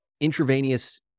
intravenous